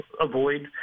avoid